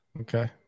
Okay